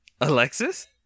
Alexis